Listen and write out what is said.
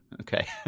Okay